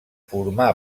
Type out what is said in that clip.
formà